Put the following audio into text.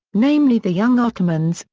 namely the young ottomans,